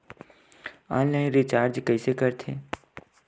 Online recharge कइसे करथे?